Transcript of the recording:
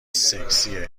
سکسیه